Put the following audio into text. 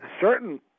certain